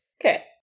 Okay